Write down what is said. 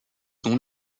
dont